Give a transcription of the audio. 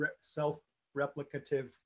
self-replicative